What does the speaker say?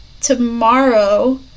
tomorrow